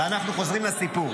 אנחנו חוזרים לסיפור: